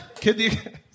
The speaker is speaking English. Kid